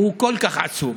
והוא כל כך עצוב.